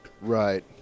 Right